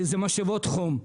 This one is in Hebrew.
זה משאבות חום.